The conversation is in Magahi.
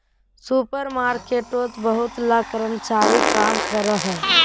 सुपर मार्केटोत बहुत ला कर्मचारी काम करोहो